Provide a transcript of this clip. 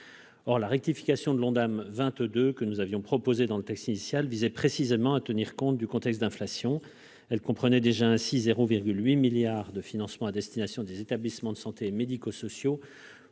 Or la rectification de l'Ondam 2022 que nous avions proposée dans le texte initial visait précisément à tenir compte du contexte d'inflation. Ainsi, elle comprenait déjà 0,8 milliard d'euros à destination des établissements de santé et médico-sociaux